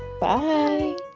bye